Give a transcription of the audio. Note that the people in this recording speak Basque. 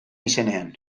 izenean